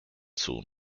soon